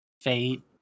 fate